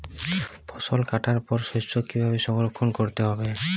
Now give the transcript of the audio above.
ফসল কাটার পর শস্য কীভাবে সংরক্ষণ করতে হবে?